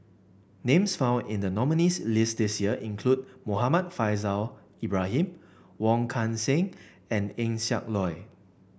names found in the nominees' list this year include Muhammad Faishal Ibrahim Wong Kan Seng and Eng Siak Loy